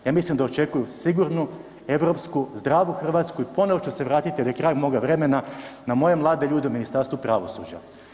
Ja mislim da očekuju sigurnu, europsku, zdravu Hrvatsku i ponovno ću se vratiti jer je kraj moga vremena, na moje mlade ljude u Ministarstvu pravosuđa.